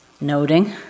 Noting